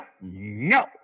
no